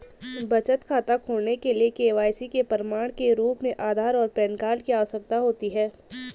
बचत खाता खोलने के लिए के.वाई.सी के प्रमाण के रूप में आधार और पैन कार्ड की आवश्यकता होती है